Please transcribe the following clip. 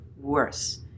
worse